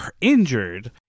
injured